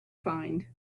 find